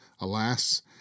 alas